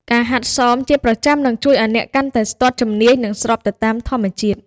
ការហាត់សមជាប្រចាំនឹងជួយឱ្យអ្នកកាន់តែស្ទាត់ជំនាញ និងស្របទៅតាមធម្មជាតិ។